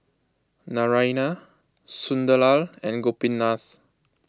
Naraina Sunderlal and Gopinath